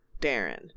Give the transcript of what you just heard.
Darren